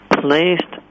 placed